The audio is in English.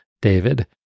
David